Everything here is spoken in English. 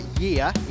year